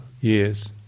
years